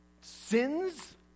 sins